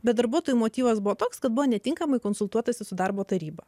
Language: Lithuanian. bet darbuotojų motyvas buvo toks kad buvo netinkamai konsultuotasi su darbo taryba